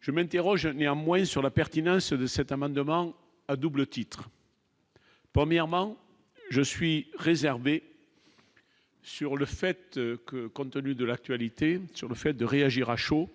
Je m'interroge néanmoins sur la pertinence de cet amendement à double titre. Premièrement, je suis réservé sur le fait que, compte tenu de l'actualité sur le fait de réagir à chaud,